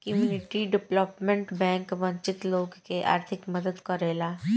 community development bank वंचित लोग के आर्थिक मदद करेला